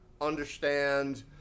understand